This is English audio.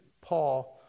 Paul